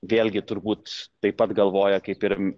vėlgi turbūt taip pat galvoja kaip ir